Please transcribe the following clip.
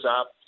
up